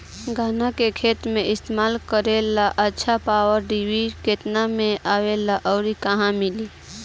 गन्ना के खेत में इस्तेमाल करेला अच्छा पावल वीडर केतना में आवेला अउर कहवा मिली?